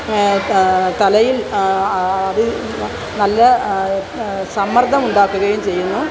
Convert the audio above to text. തലയിൽ അത് നല്ല സമ്മർദ്ദം ഉണ്ടാക്കുകയും ചെയ്യുന്നു